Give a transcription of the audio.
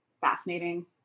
fascinating